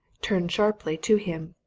turned sharply to him.